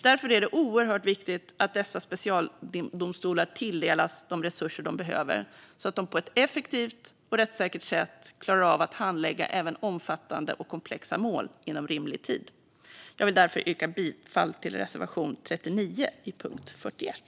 Därför är det oerhört viktigt att dessa specialdomstolar tilldelas de resurser de behöver så att de på ett effektivt och rättssäkert sätt klarar av att handlägga även omfattande och komplexa mål inom rimlig tid. Jag vill därför yrka bifall till reservation 39 under punkt 41.